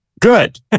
Good